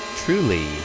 truly